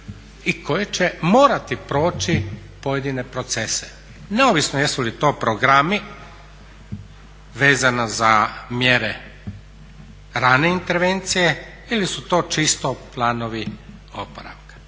i koje će morati proći pojedine procese. Neovisno jesu li to programi vezano za mjere rane intervencije ili su to čisto planovi oporavka.